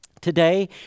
Today